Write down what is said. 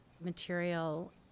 material